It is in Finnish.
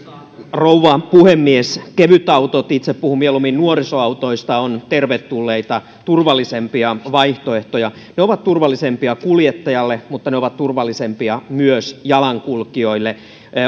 rouva puhemies kevytautot itse puhun mieluummin nuorisoautoista ovat tervetulleita turvallisempia vaihtoehtoja ne ovat turvallisempia kuljettajalle mutta ne ovat turvallisempia myös jalankulkijoille